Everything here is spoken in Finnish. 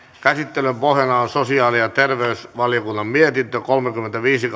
käsittelyn pohjana on sosiaali ja terveysvaliokunnan mietintö kolmekymmentäviisi